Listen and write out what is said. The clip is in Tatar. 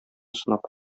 сынап